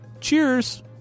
Cheers